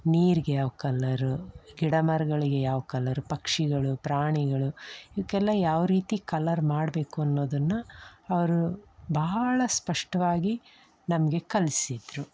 ನೀರ್ಗೆ ಯಾವ ಕಲ್ಲರು ಗಿಡಮರಗಳಿಗೆ ಯಾವ ಕಲರ್ ಪಕ್ಷಿಗಳು ಪ್ರಾಣಿಗಳು ಇವಕ್ಕೆಲ್ಲ ಯಾವ ರೀತಿ ಕಲರ್ ಮಾಡಬೇಕು ಅನ್ನೋದನ್ನು ಅವರು ಬಹಳ ಸ್ಪಷ್ಟವಾಗಿ ನಮಗೆ ಕಲಿಸಿದ್ರು